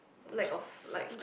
lack of like